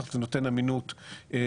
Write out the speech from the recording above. כך שזה נותן אמינות לסקרים.